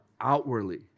outwardly